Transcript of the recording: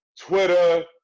Twitter